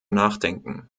nachdenken